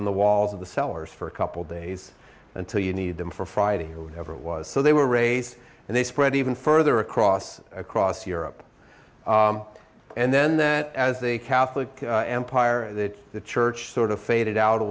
in the walls of the cellars for a couple days until you need them for friday who never was so they were raised and they spread even further across across europe and then that as the catholic empire that the church sort of faded out a